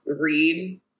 read